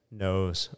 knows